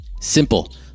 Simple